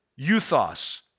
euthos